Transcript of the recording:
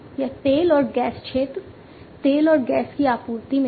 यह तेल और गैस क्षेत्र तेल और गैस की आपूर्ति में है